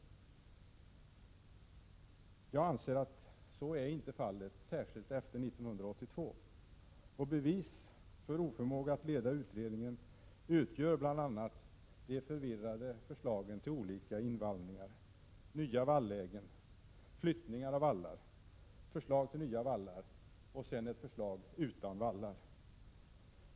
Jag anser att så inte är fallet, särskilt inte sedan 1982. Bevis för oförmåga att leda utredningen utgör bl.a. de förvirrade förslagen till olika invallningar, nya vallägen, flyttningar av vallar, förslag till nya vallar och sedan ett förslag utan vallar.